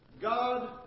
God